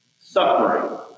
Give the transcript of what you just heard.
suffering